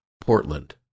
Portland